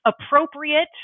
appropriate